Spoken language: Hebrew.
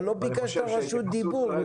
אבל לא ביקשת רשות דיבור.